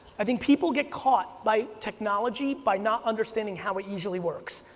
i think people get caught by technology, by not understanding how it usually works.